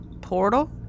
portal